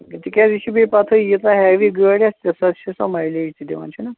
تِکیٛازِ یہِ چھُ بیٚیہِ پَتہٕ ییٖژاہ ہَیٚوِی گٲڑۍ آسہِ تِژھ حظ چھِ سۄ مایِلَیٚج تہِ دِوَان چھُنا